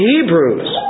Hebrews